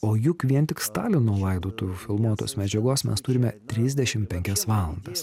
o juk vien tik stalino laidotuvių filmuotos medžiagos mes turime trisdešim penkias valandas